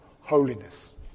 holiness